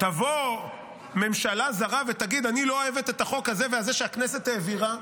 תבוא ממשלה זרה ותגיד: אני לא אוהבת את החוק הזה והזה שהכנסת העבירה,